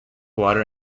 water